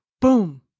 boom